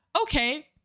Okay